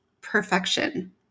perfection